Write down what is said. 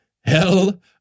Hell